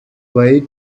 way